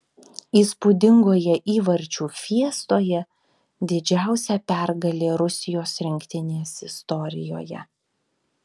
įspūdingoje įvarčių fiestoje didžiausia pergalė rusijos rinktinės istorijoje